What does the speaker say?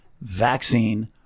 vaccine